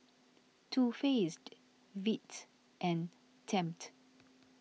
Too Faced Veet and Tempt